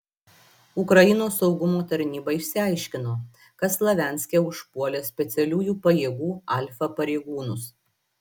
ukrainos saugumo tarnyba išsiaiškino kas slavianske užpuolė specialiųjų pajėgų alfa pareigūnus